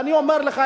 ואני אומר לך,